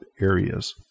areas